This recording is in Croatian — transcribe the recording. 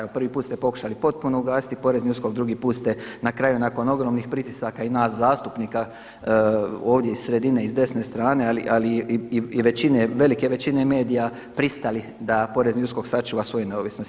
Evo prvi put ste pokušali potpuno ugasiti Porezni USKOK, drugi put ste na kraju nakon ogromnih pritisaka i nas zastupnika ovdje iz sredine iz desne strane ali i većine, velike većine medija pristali da Porezni USKOK sačuva svoju neovisnost.